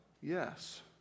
Yes